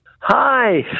Hi